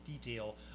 detail